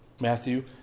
Matthew